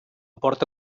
porta